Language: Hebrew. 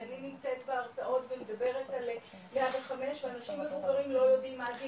אני נמצאת בהרצאות ומדברת על 105 ואנשים מבוגרים לא יודעים מה זה